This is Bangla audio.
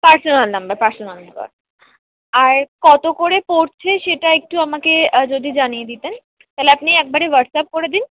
পার্সোনাল নাম্বার পার্সোনাল নাম্বার আর কত করে পড়ছে সেটা একটু আমাকে যদি জানিয়ে দিতেন তাহলে আপনি একবারে হোয়াটসঅ্যাপ করে দিন